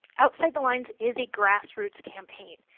outside the lines is a grassroots campaign.